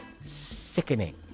sickening